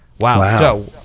Wow